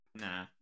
nah